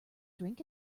drink